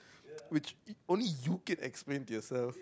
which it only you can explain to yourself